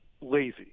lazy